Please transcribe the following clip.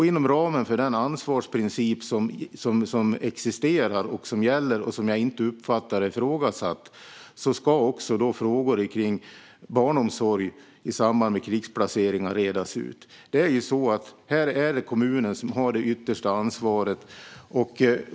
Inom ramen för den ansvarsprincip som existerar, som gäller och som jag inte uppfattar är ifrågasatt ska också frågor om barnomsorg i samband med krigsplaceringar redas ut. Här är det kommunen som har det yttersta ansvaret.